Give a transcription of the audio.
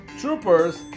troopers